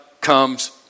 comes